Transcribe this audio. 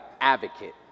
advocate